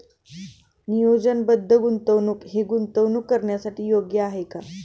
नियोजनबद्ध गुंतवणूक हे गुंतवणूक करण्यासाठी योग्य आहे का?